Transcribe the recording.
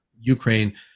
Ukraine